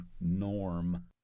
norm